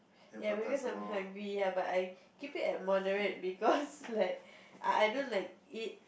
ya because I'm hungry ya but I keep it at moderate because like I I don't like eat